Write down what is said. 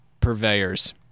purveyors